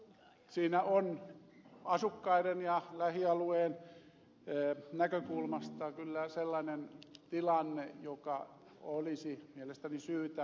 siinä on asukkaiden ja lähialueen näkökulmasta kyllä sellainen tilanne joka olisi mielestäni syytä selvittää